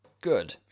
good